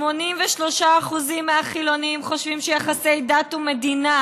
83% מהחילונים חושבים שיחסי דת ומדינה